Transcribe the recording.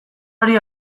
hori